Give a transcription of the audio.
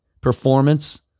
performance